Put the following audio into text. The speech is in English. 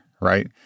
right